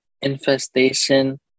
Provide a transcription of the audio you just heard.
Infestation